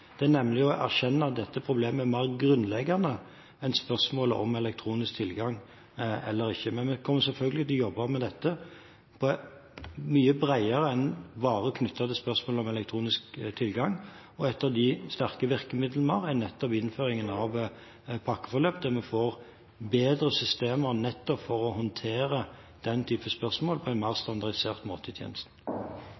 det er nemlig å erkjenne at dette problemet er mer grunnleggende enn spørsmålet om elektronisk tilgang eller ikke. Men vi kommer selvfølgelig til å jobbe med dette mye bredere enn bare knyttet til spørsmålet om elektronisk tilgang. Et av de sterke virkemidlene vi har, er innføringen av et pakkeforløp, der vi får bedre systemer for å håndtere den type spørsmål på en mer